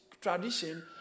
tradition